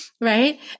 right